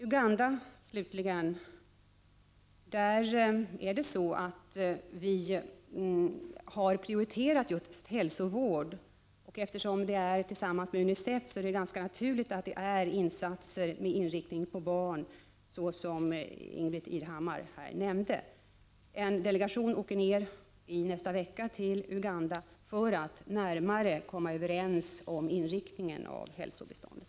Slutligen till frågan om Uganda. Sverige har där prioriterat just hälsovård, och eftersom arbetet sker i samarbete med UNICEF är det ganska naturligt att det är fråga om insatser för barn, såsom Ingbritt Irhammar här nämnde. En delegation åker i nästa vecka till Uganda för att komma överens om den närmare inriktningen av hälsobiståndet.